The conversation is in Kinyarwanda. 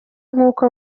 nk’uko